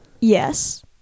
Yes